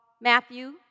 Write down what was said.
Matthew